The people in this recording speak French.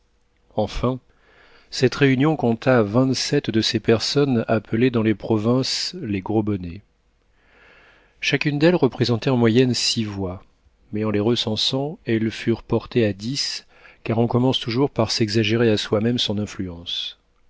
enfin cette réunion compta vingt-sept de ces personnes appelées dans les provinces les gros bonnets chacune d'elles représentait en moyenne six voix mais en les recensant elles furent portées à dix car on commence toujours par s'exagérer à soi-même son influence